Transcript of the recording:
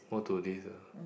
all to this ah